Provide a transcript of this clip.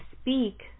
speak